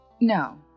No